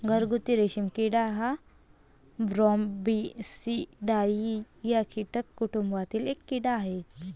घरगुती रेशीम किडा हा बॉम्बीसिडाई या कीटक कुटुंबातील एक कीड़ा आहे